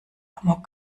amok